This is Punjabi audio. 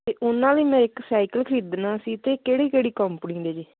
ਅਤੇ ਉਹਨਾ ਲਈ ਮੈਂ ਇੱਕ ਸਾਈਕਲ ਖਰੀਦਣਾ ਸੀ ਤਾਂ ਕਿਹੜੀ ਕਿਹੜੀ ਕੰਪਨੀ ਦੇ ਜੇ